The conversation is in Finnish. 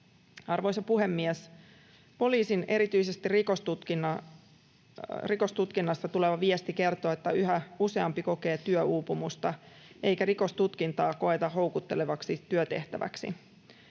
Arvoisa puhemies! Erityisesti rikostutkinnasta tuleva viesti kertoo, että yhä useampi kokee työuupumusta eikä rikostutkintaa koeta houkuttelevaksi työtehtäväksi.